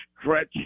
stretch